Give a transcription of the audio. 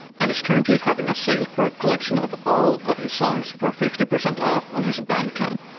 and is currently having a sale for a collection of all of his songs for fifty percent off on his bandcamp.